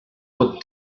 pot